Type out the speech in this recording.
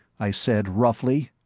i said roughly,